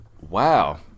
Wow